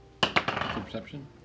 Perception